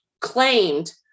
claimed